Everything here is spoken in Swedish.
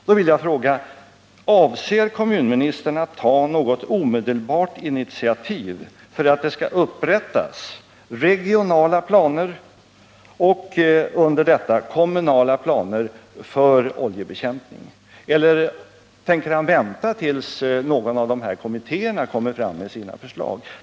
Jag vill fråga: Avser kommunministern att ta något omedelbart initiativ för att det skall upprättas regionala planer och, under dessa, kommunala planer för oljebekämpningen, eller tänker han vänta tills någon av de här kommittéerna kommer fram med sina förslag?